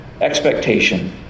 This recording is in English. expectation